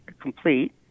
complete